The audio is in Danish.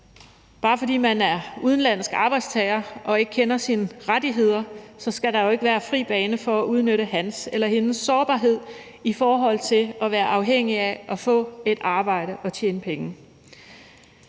bare fordi man er udenlandsk arbejdstager og ikke kender sine rettigheder, skal der jo ikke være fri bane for at udnytte hans eller hendes sårbarhed i forhold til at være afhængig af at få et arbejde og tjene penge.